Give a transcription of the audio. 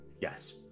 Yes